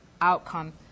outcome